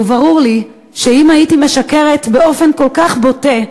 וברור לי שאם הייתי משקרת באופן כל כך בוטה,